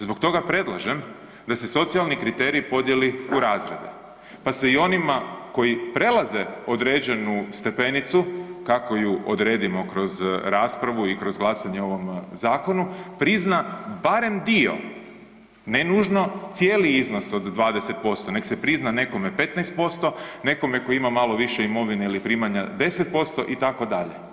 Zbog toga predlažem da se socijalni kriteriji podijeli u razrede pa se i onima koji prelaze određenu stepenicu, kako ju odredimo kroz raspravu i kroz glasanje o ovom zakonu, prizna barem dio, ne nužno cijeli iznos od 20%, nego se prizna nekome 15%, nekome tko ima malo više imovine ili primanja 10%, itd.